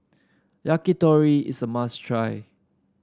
Yakitori is a must try